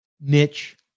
niche